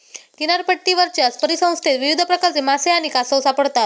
किनारपट्टीवरच्या परिसंस्थेत विविध प्रकारचे मासे आणि कासव सापडतात